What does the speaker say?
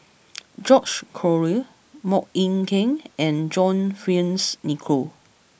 George Collyer Mok Ying King and John Fearns Nicoll